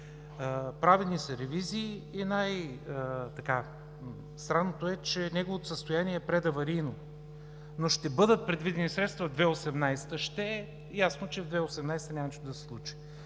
правени са ревизии и най-срамното е, че неговото състояние е предаварийно, но ще бъдат предвидени средства 2018 г. – „ще“. Ясно, че в 2018 г. няма нищо да се случи.